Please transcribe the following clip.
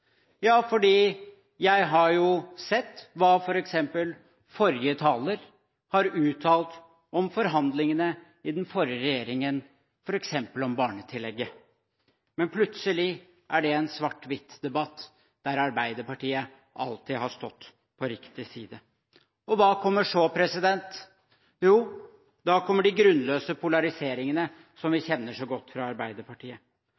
Ja, for jeg har sett hva bl.a. forrige taler har uttalt om forhandlingene i den forrige regjeringen om f.eks. barnetillegget. Men plutselig er det en svart-hvitt-debatt der Arbeiderpartiet alltid har stått på riktig side. Hva kommer så? Jo, da kommer de grunnløse polariseringene som vi